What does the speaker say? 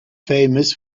famous